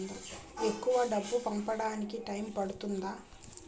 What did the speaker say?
ఎక్కువ డబ్బు పంపడానికి టైం పడుతుందా?